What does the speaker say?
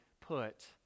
put